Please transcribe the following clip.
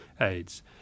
AIDS